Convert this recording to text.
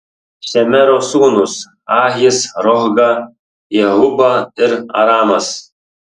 šemero sūnūs ahis rohga jehuba ir aramas